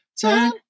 Turn